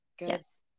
yes